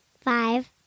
Five